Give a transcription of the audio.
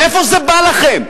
מאיפה זה בא לכם?